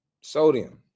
Sodium